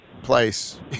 Place